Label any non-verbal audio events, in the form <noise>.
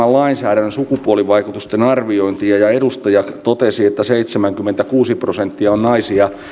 <unintelligible> lainsäädännön sukupuolivaikutusten arviointia ja edustaja totesi että seitsemänkymmentäkuusi prosenttia on naisia